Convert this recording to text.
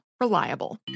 reliable